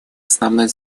основной